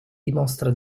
dimostra